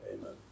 amen